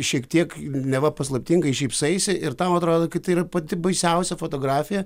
šiek tiek neva paslaptingai šypsaisi ir tau atrodo kad tai yra pati baisiausia fotografija